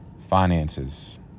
finances